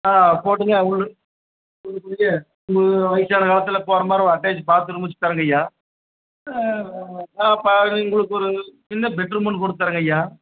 ஆ போட்டிங்க உங்களு உங்களுக்கு வந்து வயசான காலத்தில் போகிற மாதிரி ஒரு அட்டாச் பாத்ரூம் வச்சு தரேங்க ஐயா பா ரி உங்களுக்கு ஒரு சின்ன பெட்ரூம் ஒன்று கொடுத்துர்ரங்க ஐயா